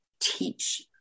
teach